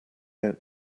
out